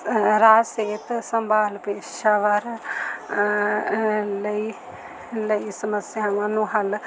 ਰਾਜ ਸਿਹਤ ਸੰਭਾਲ ਪੇਸ਼ਾਵਰ ਲਈ ਲਈ ਸਮੱਸਿਆਵਾਂ ਨੂੰ ਹੱਲ